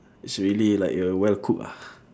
is really like uh well cook ah